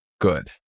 good